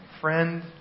Friend